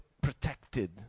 protected